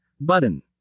button